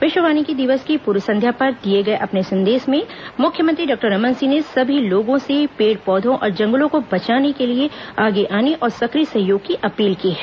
विश्व वानिकी दिवस की पूर्व संध्या पर दिए गए अपने संदेश में मुख्यमंत्री डॉक्टर रमन सिंह ने सभी लोगों से पेड़ पौधों और जंगलों को बचाने के लिए आगे आने और सक्रिय सहयोग की अपील की है